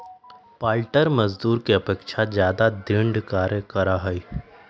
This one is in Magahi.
पालंटर मजदूर के अपेक्षा ज्यादा दृढ़ कार्य करा हई